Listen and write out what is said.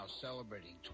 celebrating